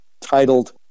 titled